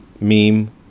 meme